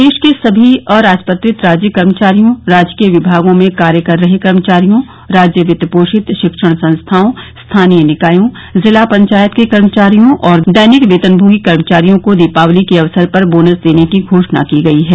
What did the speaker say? प्रदेश के सभी अराजपत्रित राज्य कर्मचारियों राजकीय विभागों में कार्य कर रहे कर्मचारियों राज्य वित्त पोषित शिक्षण संस्थाओं स्थानीय निकायों जिला पंचायत के कर्मचारियो और दैनिक वेतनभागी कर्मचारियों को दीपावली के अवसर पर बोनस देने की घोषणा की गयी है